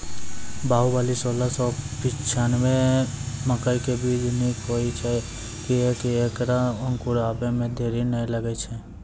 बाहुबली सोलह सौ पिच्छान्यबे मकई के बीज निक होई छै किये की ऐकरा अंकुर आबै मे देरी नैय लागै छै?